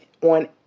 on